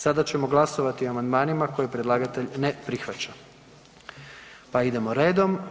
Sada ćemo glasovati o amandmanima koje predlagatelj ne prihvaća, pa idemo redom.